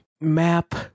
map